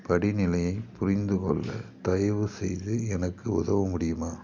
படிநிலையை புரிந்துகொள்ள தயவுசெய்து எனக்கு உதவ முடியுமா